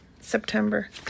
September